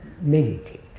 meditate